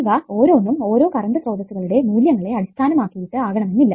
ഇവ ഓരോന്നും ഓരോ കറണ്ട് സ്രോതസ്സുകളുടെ മൂല്യങ്ങളെ അടിസ്ഥാനമാക്കിയിട്ട് ആകണമെന്ന് ഇല്ല